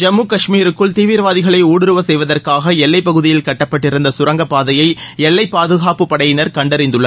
ஜம்மு காஷ்மீருக்குள் தீவிரவாதிகளை ஊடுருவ செய்வதற்காக எல்லைப்பகுதியில் கட்டப்பட்டிருந்த சுரங்கப்பாதையை எல்லை பாதுகாப்பு படையினர் கண்டறிந்துள்ளனர்